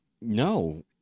No